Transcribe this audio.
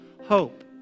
hope